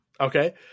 Okay